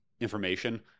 information